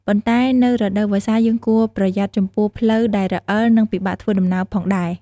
ប៉ុន្តែនៅរដូវវស្សាយើងគួរប្រយ័ត្នចំពោះផ្លូវដែលរអិល និងពិបាកធ្វើដំណើរផងដែរ។